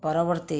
ପରବର୍ତ୍ତୀ